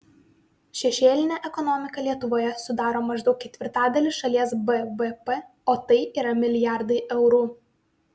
šešėlinė ekonomika lietuvoje sudaro maždaug ketvirtadalį šalies bvp o tai yra milijardai eurų